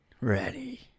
Ready